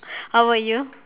how about you